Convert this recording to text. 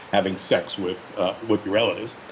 having sex with with your relatives.